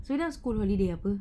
students school holiday apa